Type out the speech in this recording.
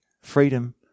freedom